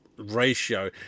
Ratio